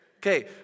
Okay